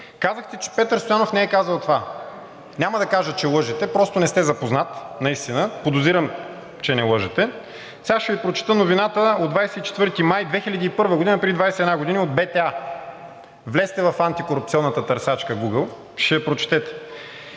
Казахте, че Петър Стоянов не е казал това. Няма да кажа, че лъжете, просто наистина не сте запознат. Подозирам, че не лъжете. Сега ще Ви прочета новината от 24 май 2001 г., преди 21 години, от БТА. Влезте в антикорупционната търсачка Гугъл, ще я прочетете: